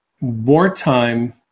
wartime